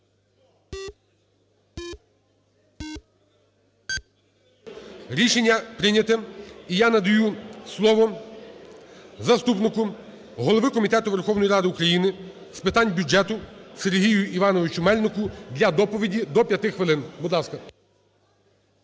Рішення прийняте. І я надаю слово заступнику голови Комітету Верховної Ради України з питань бюджету Сергію Івановичу Мельнику для доповіді, до 5 хвилин.